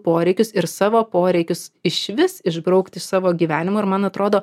poreikius ir savo poreikius išvis išbraukt iš savo gyvenimo ir man atrodo